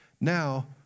Now